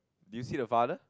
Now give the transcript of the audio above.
do you see the father